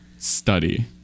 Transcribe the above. Study